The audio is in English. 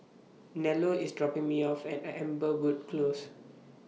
Nello IS dropping Me off At Amberwood Close